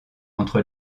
entre